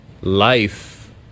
life